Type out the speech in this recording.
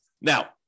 Now